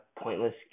pointless